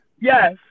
yes